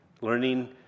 learning